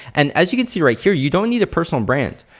and as you can see right here you don't need a personal brand.